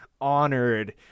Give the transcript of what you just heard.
honored